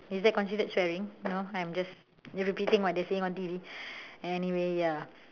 is that considered swearing no I'm just repeating what they are saying on T_V anyway ya